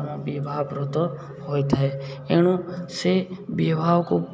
ଆମ ବିବାହ ବ୍ରତ ହୋଇଥାଏ ଏଣୁ ସେ ବିବାହକୁ